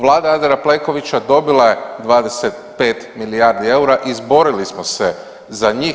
Vlada Andreja Plenkovića dobila je 25 milijardi eura, izborili smo se za njih.